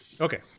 okay